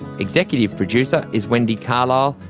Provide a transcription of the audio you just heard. executive producer is wendy carlisle,